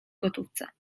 gotówce